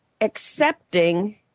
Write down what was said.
accepting